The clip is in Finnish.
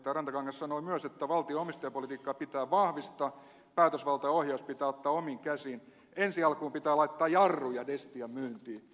rantakangas sanoi myös että valtion omistajapolitiikkaa pitää vahvistaa päätösvalta ja ohjaus pitää ottaa omiin käsiin ja ensi alkuun pitää laittaa jarruja destian myyntiin